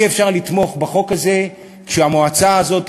אי-אפשר לתמוך בחוק הזה כשהמועצה הזאת,